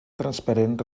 transparent